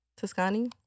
Tuscany